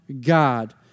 God